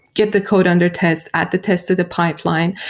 get the code under test at the test of the pipeline,